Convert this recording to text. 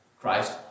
Christ